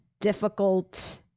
difficult